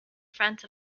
front